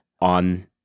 on